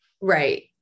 Right